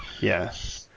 Yes